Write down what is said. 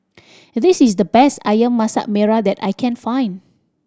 this is the best Ayam Masak Merah that I can find